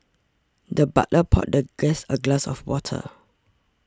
the butler poured the guest a glass of water